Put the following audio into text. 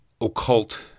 occult